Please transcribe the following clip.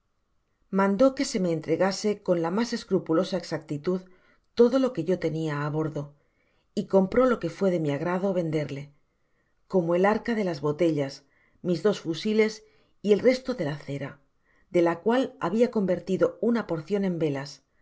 mandó que se me entregase con la mas escrupulosa exactitud todo lo que yo tenia bordo y compró lo que fué de mi agrado venderle como el arca de las botellas mis dos fusiles y el resto de la cera de la cual habia convertido una porcion en velas